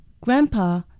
Grandpa